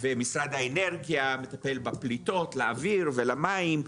ומשרד האנרגיה מטפל בפליטות לאוויר ולמים.